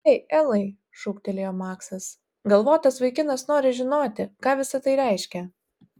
ei elai šūktelėjo maksas galvotas vaikinas nori žinoti ką visa tai reiškia